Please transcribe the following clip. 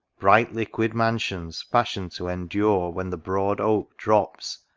bright liquid mansions, fashion'd to endure when the broad oak drops,